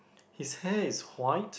his hair is white